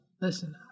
Listen